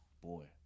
Boy